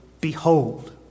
behold